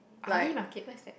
army market where's that